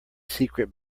secret